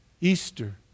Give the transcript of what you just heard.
Easter